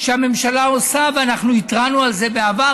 שהממשלה עושה, ואנחנו התרענו על זה בעבר.